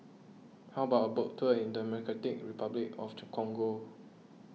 how about a boat tour in Democratic Republic of the Congo